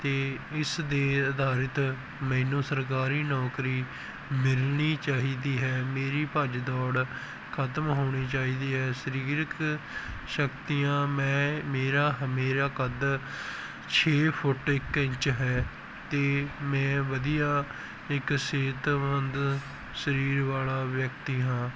ਅਤੇ ਇਸ ਦੇ ਅਧਾਰਿਤ ਮੈਨੂੰ ਸਰਕਾਰੀ ਨੌਕਰੀ ਮਿਲਣੀ ਚਾਹੀਦੀ ਹੈ ਮੇਰੀ ਭੱਜ ਦੌੜ ਖਤਮ ਹੋਣੀ ਚਾਹੀਦੀ ਹੈ ਸਰੀਰਕ ਸ਼ਕਤੀਆਂ ਮੈਂ ਮੇਰਾ ਹ ਮੇਰਾ ਕੱਦ ਛੇ ਫੁੱਟ ਇੱਕ ਇੰਚ ਹੈ ਅਤੇ ਮੈਂ ਵਧੀਆ ਇੱਕ ਸਿਹਤਮੰਦ ਸਰੀਰ ਵਾਲਾ ਵਿਅਕਤੀ ਹਾਂ